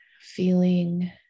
feeling